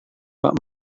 pak